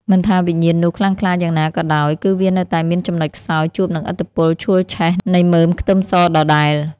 មិនថាវិញ្ញាណនោះខ្លាំងក្លាយ៉ាងណាក៏ដោយគឺវានៅតែមានចំណុចខ្សោយជួបនឹងឥទ្ធិពលឆួលឆេះនៃមើមខ្ទឹមសដដែល។